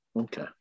Okay